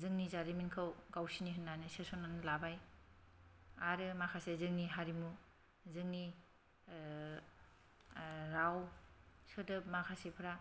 जोंनि जारिमिनखौ गावसोरनि होननानैसो सोनानै लाबाय आरो माखासे जोंनि हारिमु जोंनि राव सोदोब माखासेफ्रा